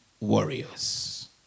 warriors